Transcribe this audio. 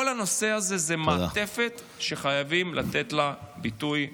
כל הנושא הזה זה מעטפת שחייבים לתת לה ביטוי,